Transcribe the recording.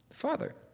father